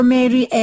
Mary